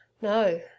no